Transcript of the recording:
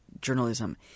journalism